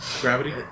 Gravity